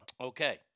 Okay